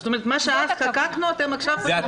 זאת אומרת מה שאז חוקקנו אתם עכשיו רוצים